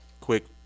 Quick